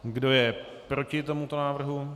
Kdo je proti tomuto návrhu?